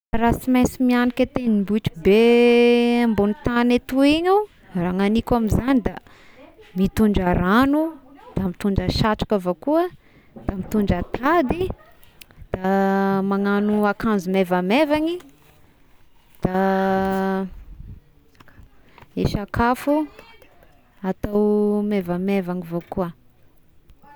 Sy mainsy mianiky tendrombohhitry be ambogn'ny tany atoy igny ao raha nagniko amin'izany da mitondra ragno da mitondra satroka avao koa, da mitondra tady, da magnano akanjo maivamaivagny, da i sakafo atao maivamaivagna avao koa.